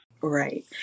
Right